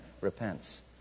repents